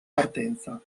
partenza